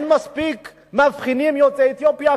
אין מספיק מאבחנים יוצאי אתיופיה,